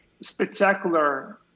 spectacular